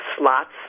slots